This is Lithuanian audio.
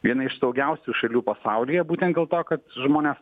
viena iš saugiausių šalių pasaulyje būtent dėl to kad žmonės